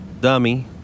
dummy